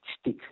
stick